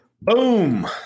Boom